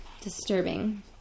Disturbing